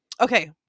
okay